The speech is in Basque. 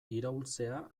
iraulzea